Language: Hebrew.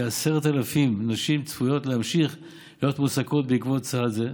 כ-10,000 נשים צפויות להמשיך להיות מועסקות בעקבות צעד זה.